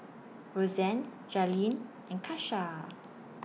Rozanne Jailene and Kesha